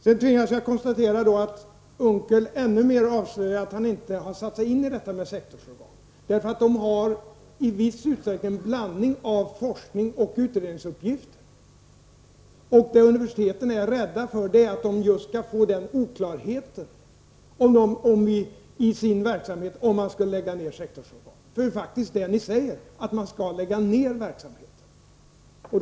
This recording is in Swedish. Sedan tvingas jag konstatera att Unckel nu ännu mera avslöjade att han inte satt sig in i frågan om sektorsorgan. De har i viss utsträckning en blandning av forskningsoch utredningsuppgifter. Vad universiteten är rädda för är att de skall få den oklarheten i sin verksamhet, om man lägger ned sektorsorganen; det är ju faktiskt det ni säger — att man skall lägga ned verksamheten.